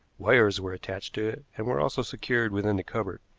wires were attached to it, and were also secured within the cupboard.